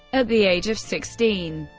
at the age of sixteen,